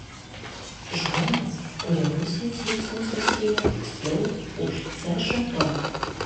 žmonės kurie rusijos veiksmus nuspėja tiksliau už cžv